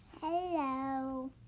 Hello